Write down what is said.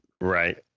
right